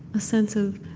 a sense of